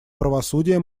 правосудия